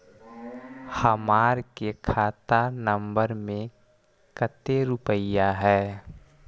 हमार के खाता नंबर में कते रूपैया है?